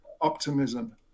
optimism